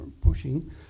pushing